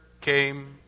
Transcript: came